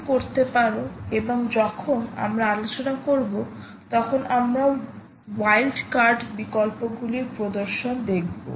তুমি করতে পারো এবং যখন আমরা আলোচনা করব তখন আমরা ওয়াইল্ড কার্ডের বিকল্পগুলির প্রদর্শন দেখব